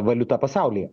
valiutą pasaulyje